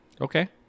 Okay